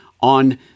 on